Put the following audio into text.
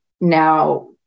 now